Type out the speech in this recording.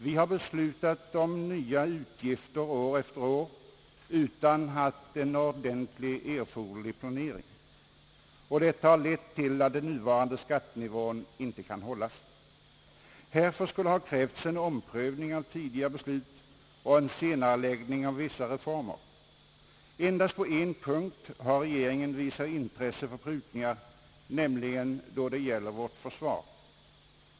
Vi har beslutat om nya utgifter år efter år utan en ordentlig ekonomisk planering. Detta har lett till att den nuvarande skattenivån inte kan hållas. Härför skulle ha krävts en omprövning av tidigare beslut och en senareläggning av vissa reformer. Endast på en punkt har regeringen visat intresse för prutningar, nämligen i fråga om vårt försvar.